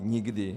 Nikdy!